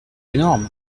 énorme